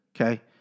okay